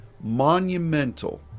monumental